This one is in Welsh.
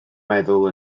meddwl